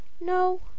No